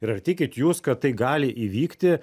ir ar tikit jūs kad tai gali įvykti